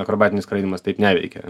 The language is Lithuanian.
akrobatinis skraidymas taip neveikia